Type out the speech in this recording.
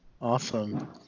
awesome